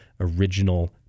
original